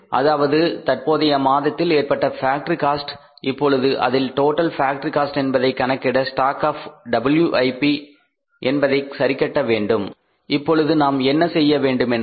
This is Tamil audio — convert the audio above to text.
அதாவது தற்போதைய மாதத்தில் ஏற்பட்ட ஃபேக்டரி காஸ்ட் இப்பொழுது இதில் டோட்டல் ஃபேக்டரி காஸ்ட் என்பதை கணக்கிட ஸ்டாக் ஆப் WIP என்பதை சரிகட்ட வேண்டும் இப்பொழுது நாம் என்ன செய்ய வேண்டுமென்றால்